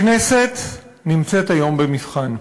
הכנסת נמצאת היום במבחן,